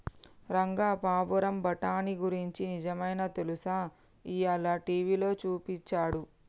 రంగా పావురం బఠానీ గురించి నిజమైనా తెలుసా, ఇయ్యాల టీవీలో సూపించాడు